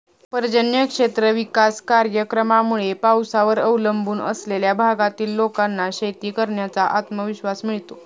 पर्जन्य क्षेत्र विकास कार्यक्रमामुळे पावसावर अवलंबून असलेल्या भागातील लोकांना शेती करण्याचा आत्मविश्वास मिळतो